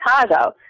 Chicago